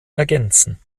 ergänzen